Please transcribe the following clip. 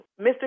Mr